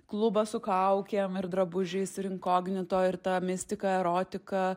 klubas su kaukėm ir drabužiais ir inkognito ir ta mistika erotika